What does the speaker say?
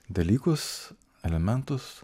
dalykus elementus